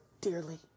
dearly